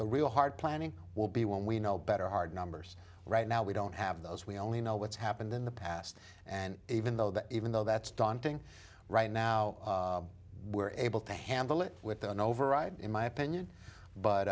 the real hard planning will be when we know better hard numbers right now we don't have those we only know what's happened in the past and even though that even though that's daunting right now we're able to handle it with an override in my opinion but